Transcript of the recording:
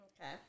Okay